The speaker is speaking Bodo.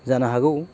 जानो हागौ